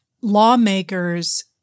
lawmakers